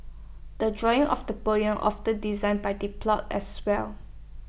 the drawing of the poem often designed by the plot as well